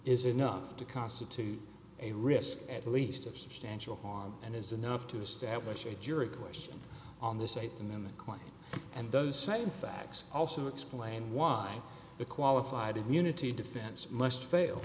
is enough to constitute a risk at least of substantial harm and is enough to establish a jury question on the state in the client and those same facts also explain why the qualified immunity defense must fail